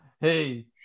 Hey